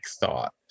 thought